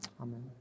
Amen